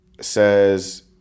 says